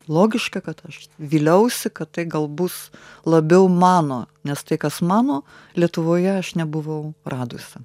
logiška kad aš vyliausi kad tai gal bus labiau mano nes tai kas mano lietuvoje aš nebuvau radusi